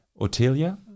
Otelia